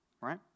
Right